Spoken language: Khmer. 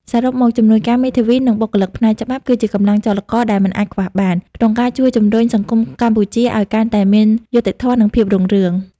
សរុបមក ជំនួយការមេធាវី និងបុគ្គលិកផ្នែកច្បាប់ គឺជាកម្លាំងចលករដែលមិនអាចខ្វះបាន ក្នុងការជួយជំរុញសង្គមកម្ពុជាឱ្យកាន់តែមានយុត្តិធម៌ និងភាពរុងរឿង។